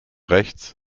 rechts